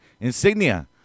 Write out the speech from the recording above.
Insignia